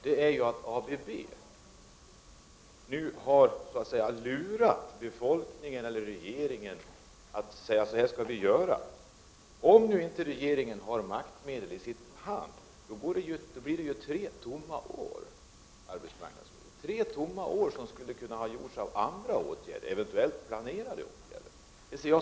Det som är allvarligt är att ABB har lurat befolkningen eller regeringen genom att säga ”så här skall vi göra”. Om regeringen nu inte har maktmedel i sin hand blir det tre tomma år, då det kunde ha vidtagits andra åtgärder, eventuellt planerade åtgärder.